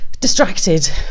distracted